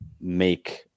make